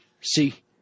see